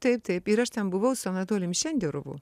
taip taip taip ir aš ten buvau su anatolijum šenderovu